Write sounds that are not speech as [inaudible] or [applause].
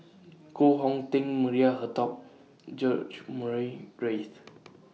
[noise] Koh Hong Teng Maria Herto George Murray Reith